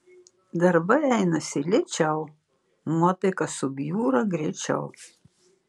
darbai einasi lėčiau nuotaika subjūra greičiau